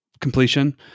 completion